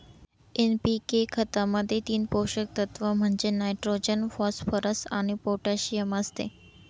NPK खतामध्ये तीन पोषक तत्व म्हणजे नायट्रोजन, फॉस्फरस आणि पोटॅशियम असते